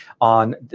on